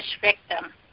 victim